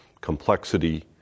complexity